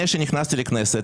מבוססת".